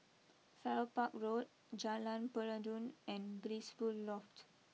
Farrer Park Road Jalan Peradun and Blissful Loft